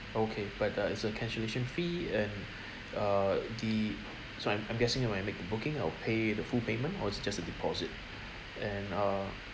okay but uh it's a cancellation fee and uh the so I'm I'm guessing if I make the booking I'll pay the full payment or it's just a deposit and uh